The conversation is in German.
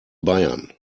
bayern